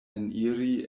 eniri